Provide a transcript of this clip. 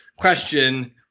question